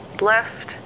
left